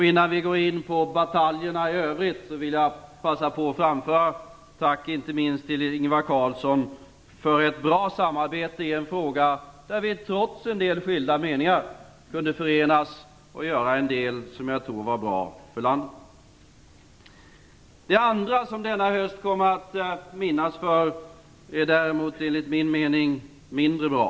Innan jag går in på bataljerna i övrigt vill jag passa på att framföra ett tack, inte minst till Ingvar Carlsson, för ett bra samarbete i en fråga där vi trots en del skilda meningar kunde förenas och göra en del som jag tror var bra för landet. Det andra som denna höst kommer att minnas för är däremot enligt min mening mindre bra.